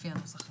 לפי הנוסח הזה.